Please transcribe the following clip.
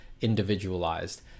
individualized